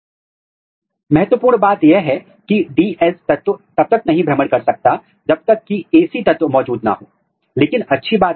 यदि आपका प्रमोटर सक्रिय है तो केवल संवहनी ऊतक में ट्रांस्क्रिप्शन चल रहा है कैसे आपका प्रोटीन ऊतक में मौजूद है जहां ट्रांसक्रिप्शन नहीं हो रहा है